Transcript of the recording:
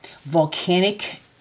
volcanic